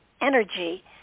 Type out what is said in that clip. energy